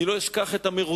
אני לא אשכח את המרוצה